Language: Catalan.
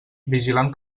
vigilant